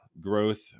growth